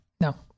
No